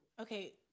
Okay